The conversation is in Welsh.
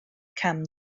cam